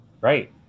Right